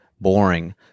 boring